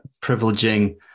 privileging